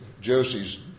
Josie's